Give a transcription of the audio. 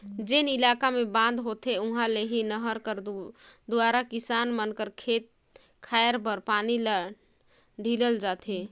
जेन इलाका मे बांध होथे उहा ले ही नहर कर दुवारा किसान मन कर खेत खाएर बर पानी ल ढीलल जाथे